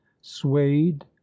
swayed